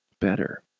better